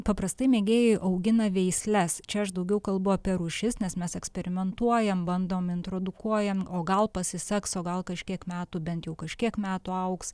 paprastai mėgėjai augina veisles čia aš daugiau kalbu apie rūšis nes mes eksperimentuojam bandom introdukuojam o gal pasiseks o gal kažkiek metų bent jau kažkiek metų augs